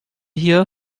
hier